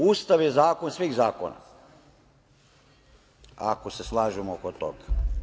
Ustav je zakon svih zakona, ako se slažemo oko toga.